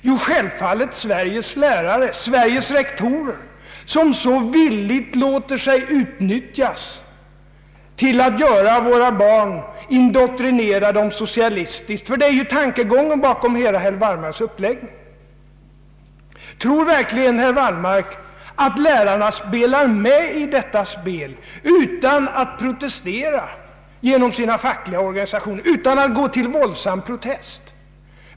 Jo, självfallet Sveriges lärare, Sveriges rektorer som villigt låter sig utnyttjas till att indoktrinera våra barn socialistiskt — det är tankegången bakom hela herr Wallmarks uppläggning. Tror verkligen herr Wallmark att lärarna spelar med i ett sådant spel utan att protestera genom sina fackliga organisationer, utan att gå till våldsam protest?